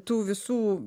tų visų